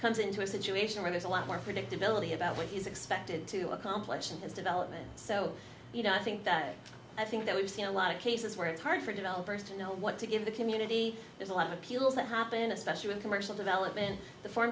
comes into a situation where there's a lot more predictability about what he's expected to accomplish in his development so you know i think that i think that we've seen a lot of cases where it's hard for developers to know what to give the community there's a lot of appeals that happen especially with commercial development the for